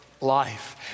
Life